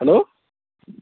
hello